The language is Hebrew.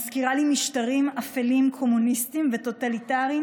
מזכיר לי משטרים אפלים קומוניסטיים וטוטליטריים